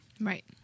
Right